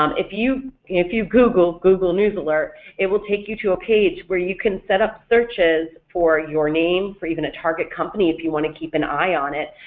um if you if you google, google news alert it will take you to a page where you can set up searches for your name, for even a target company if you want to keep an eye on it,